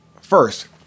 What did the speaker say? first